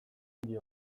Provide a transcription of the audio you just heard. indio